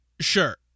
Sure